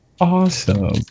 awesome